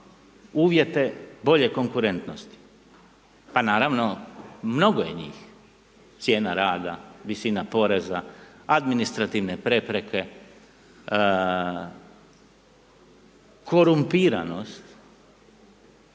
uvjete bolje konkurentnosti? Pa naravno, mnogo je njih. Cijena rada, visina poreza, administrativne prepreke, korumpiranost,